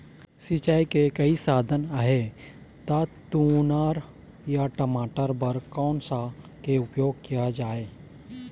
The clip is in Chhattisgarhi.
सिचाई के कई साधन आहे ता तुंहर या टमाटर बार कोन सा के उपयोग किए जाए?